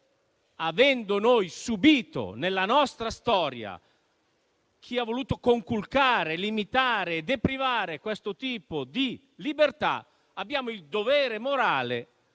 avendo noi subito nella nostra storia chi ha voluto conculcare, limitare, deprivare questo tipo di libertà, abbiamo il dovere morale